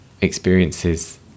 experiences